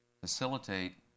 facilitate